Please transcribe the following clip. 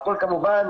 הכול כמובן,